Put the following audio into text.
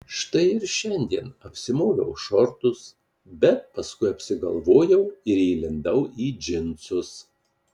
štai ir šiandien apsimoviau šortus bet paskui apsigalvojau ir įlindau į džinsus